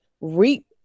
reap